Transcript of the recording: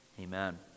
Amen